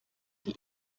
die